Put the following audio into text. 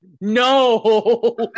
No